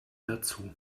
dazu